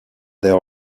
there